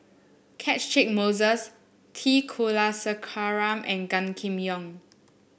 Catchick Moses T Kulasekaram and Gan Kim Yong